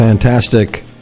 Fantastic